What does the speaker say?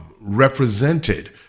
represented